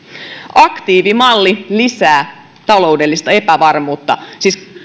aktiivimalli lisää taloudellista epävarmuutta siis